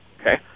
okay